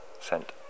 sent